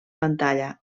pantalla